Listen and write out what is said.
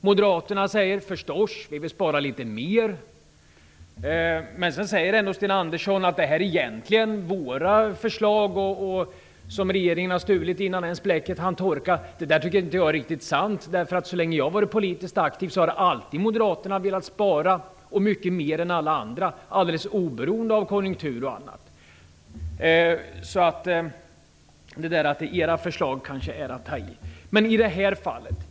Moderaterna säger förstås att de vill spara litet mer, men Sten Andersson säger ändå att det egentligen är fråga om deras egna förslag, som regeringen har stulit innan bläcket ens hann torka. Jag tycker att det inte är riktigt sant. Så länge som jag har varit politiskt aktiv har moderaterna alltid velat spara mycket mer än alla andra, oberoende av konjunktur och annat. Att det är era förslag är alltså kanske att ta i.